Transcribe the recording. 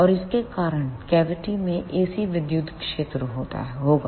और इसके कारण कैविटी में AC विद्युत क्षेत्र होगा